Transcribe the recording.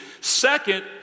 Second